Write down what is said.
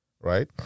right